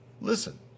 listen